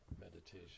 meditation